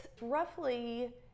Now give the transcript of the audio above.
roughly